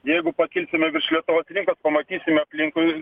jeigu pakilsime virš lietuvos rinkos pamatysime aplinkui